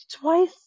twice